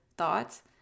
thoughts